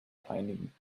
einigen